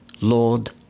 Lord